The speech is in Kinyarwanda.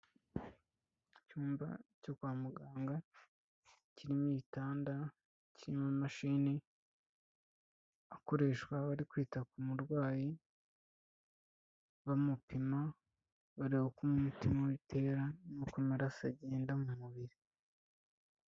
Icyumba cyo kwa muganga kirimo igitanda, kirimo imashini bakoreshwa bari kwita ku murwayi bamupima, bareba uko umutima we utera n'uko amaraso agenda m'umubiri.